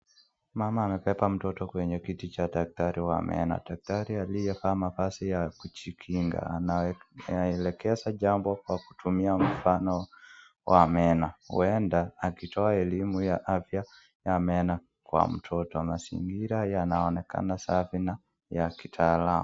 Mama anabeba mtoto kwenye kiti cha daktari wa meno, daktari aliyevaa mavazi ya kujikinga anaelekeza jambo kwa kutumia mfano wa meno, huenda akitoa elimu ya afya ya meno kwa mtoto, mazingira yanaonekana safi na ya kitaalamu.